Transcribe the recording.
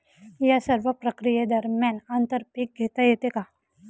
या सर्व प्रक्रिये दरम्यान आंतर पीक घेता येते का?